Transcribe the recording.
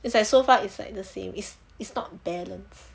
it's like so far is like the same is is not balance